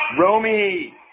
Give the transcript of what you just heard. Romy